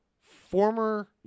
former